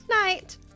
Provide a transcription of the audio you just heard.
Night